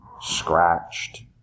scratched